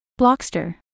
Blockster